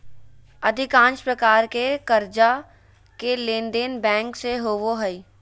अधिकांश प्रकार के कर्जा के लेनदेन बैंक से होबो हइ